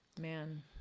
man